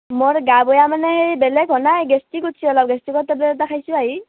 মোৰ গা বেয়া মানে সেই বেলেগ হোৱা নাই গেষ্টিক উঠিছে অলপ গেষ্টিকৰ টেবলেট এটা খাইছোঁ আহি